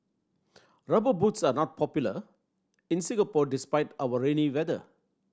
Rubber Boots are not popular in Singapore despite our rainy weather